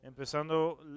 Empezando